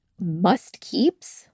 must-keeps